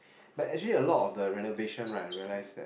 but actually a lot of the renovation right I realise that